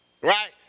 Right